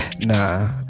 nah